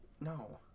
No